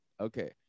Okay